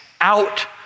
out